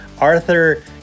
Arthur